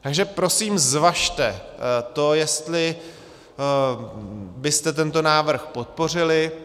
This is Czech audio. Takže prosím, zvažte to, jestli byste tento návrh podpořili.